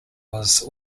was